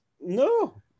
No